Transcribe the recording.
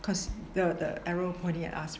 cause the the arrow pointing at us